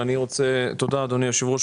תודה אדוני היושב-ראש,